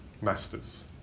masters